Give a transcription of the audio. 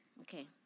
Okay